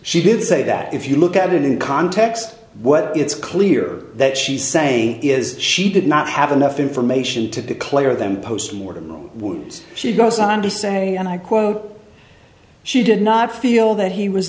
did say that if you look at it in context what it's clear that she's saying is she did not have enough information to declare them post mortem wounds she goes on to say and i quote she did not feel that he was